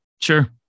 Sure